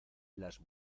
las